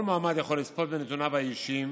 כל מועמד יכול לצפות בנתוניו האישיים,